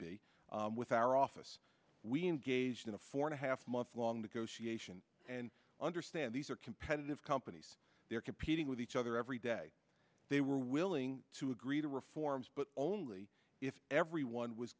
be with our office we engaged in a four and a half month long to go see a shrink understand these are competitive companies they're competing with each other every day they were willing to agree to reforms but only if everyone was